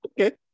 okay